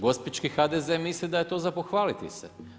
Gospićki HDZ misli da je to za pohvaliti se.